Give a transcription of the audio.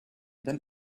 than